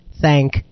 thank